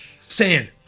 sand